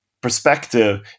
perspective